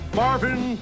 marvin